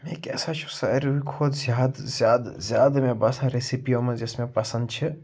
مےٚ کیٛاہ سا چھُ ساروٕے کھۄتہٕ زیادٕ زیادٕ زیادٕ مےٚ باسان ریٚسِپِیو منٛز یۄس مےٚ پَسنٛد چھِ